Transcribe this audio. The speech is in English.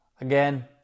again